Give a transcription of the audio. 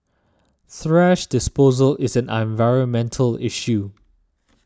thrash disposal is an environmental issue